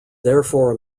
therefore